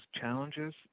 challenges